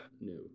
new